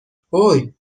هووی